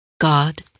God